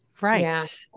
Right